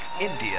India